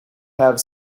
have